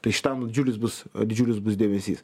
tai šitam didžiulis bus didžiulis dėmesys